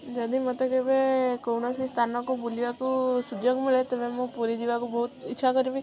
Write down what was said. ଯଦି ମତେ କେବେ କୌଣସି ସ୍ଥାନକୁ ବୁଲିବାକୁ ସୁଯୋଗ ମିଳେ ତେବେ ମୁଁ ପୁରୀ ଯିବାକୁ ବହୁତ ଇଚ୍ଛା କରିବି